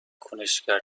کنشگر